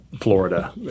Florida